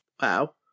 Wow